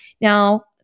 Now